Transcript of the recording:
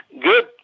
good